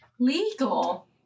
Legal